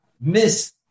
miss